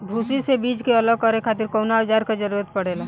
भूसी से बीज के अलग करे खातिर कउना औजार क जरूरत पड़ेला?